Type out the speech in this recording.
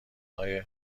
های